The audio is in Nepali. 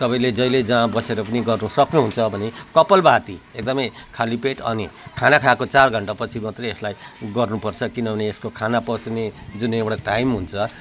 तपाईँले जहिले जहाँ बसेर पनि गर्न सक्नु हुन्छ भने कपालभाती एकदमै खाली पेट अनि खाना खाएको चार घण्टा पछि मात्रै यसलाई गर्नु पर्छ किनभने यसको खाना पच्ने जुन एउटा टाइम हुन्छ